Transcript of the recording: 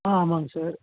ஆ ஆமாங்க சார்